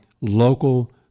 local